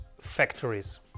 factories